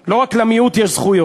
לא רק למיעוט יש זכויות.